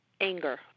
Anger